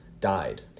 died